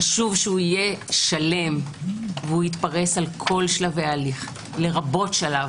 חשוב שיהיה שלם ויתפרס על כל שלבי ההליך לרבות שלב